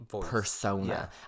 persona